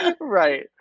Right